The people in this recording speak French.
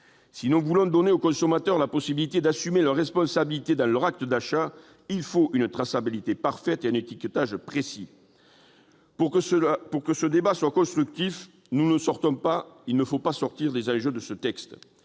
Si nous voulons donner aux consommateurs la possibilité d'assumer leur responsabilité dans l'acte d'achat, il faut une traçabilité parfaite et un étiquetage précis. Pour que ce débat soit constructif, ne sortons pas des enjeux de ce texte